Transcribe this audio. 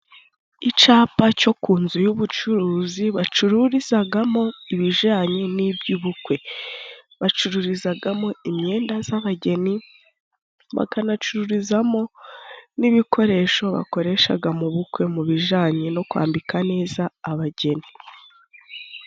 Icapa cyo ku nzu y'ubucuruzi bacururizagamo ibijanye n'iby'ubukwe, bacururizagamo imyenda z'abageni, bakanacururizamo n'ibikoresho bakoreshaga mu bukwe mu bijanye no kwambika neza abageni.